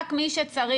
רק מי שצריך,